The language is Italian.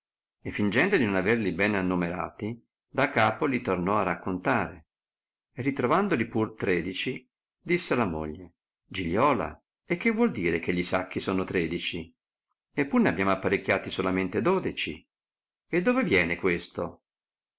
e fingendo di non averli bene annomerati da capo li tornò a raccontare e ritrovandoli pur tredeci disse alla moglie giliola e che vuol dire che gli sacchi sono tredeci e pur n'abbiamo apparecchiati solamente dodeci e dove viene questo